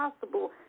possible